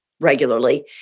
regularly